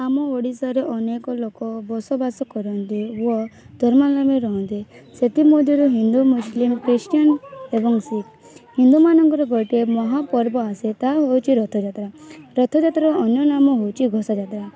ଆମ ଓଡ଼ିଶାର ଅନେକ ଲୋକ ବସବାସ କରନ୍ତି ଓ ଧର୍ମାୟାଣରେ ରହନ୍ତି ସେଥିମଧ୍ୟରୁ ହିନ୍ଦୁ ମୁସଲିମ୍ ଖ୍ରୀଷ୍ଟିଆନ୍ ଏବଂ ଶିଖ୍ ହିନ୍ଦୁମାନଙ୍କର ଗୋଟିଏ ମହାପର୍ବ ଆସେ ତାହା ହେଉଛି ରଥଯାତ୍ରା ରଥଯାତ୍ରାର ଅନ୍ୟ ନାମ ହେଉଛି ଘୋଷ ଯାତ୍ରା